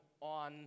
on